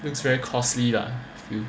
it's very costly